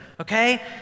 okay